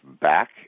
back